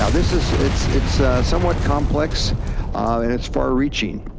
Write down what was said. this is, it's it's somewhat complex and it's far-reaching.